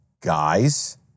Guys